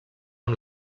amb